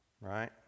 right